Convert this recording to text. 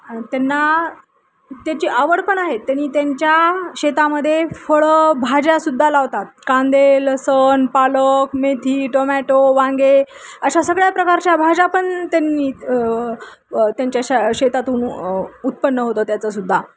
त्यांना त्याची आवड पण आहे त्यांनी त्यांच्या शेतामध्ये फळं भाज्यासुद्धा लावतात कांदे लसूण पालक मेथी टोमॅटो वांगे अशा सगळ्या प्रकारच्या भाज्या पण त्यांनी त्यांच्या श शेतातून उत्पन्न होतो त्याचंसुद्धा